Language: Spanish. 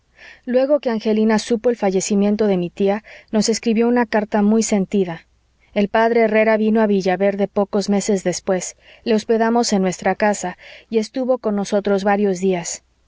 luego que angelina supo el fallecimiento de mi tía nos escribió una carta muy sentida el p herrera vino a villaverde pocos meses después le hospedamos en nuestra casa y estuvo con nosotros varios días